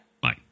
Bye